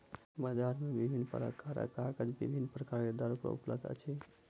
बजार मे विभिन्न प्रकारक कागज विभिन्न दर पर उपलब्ध अछि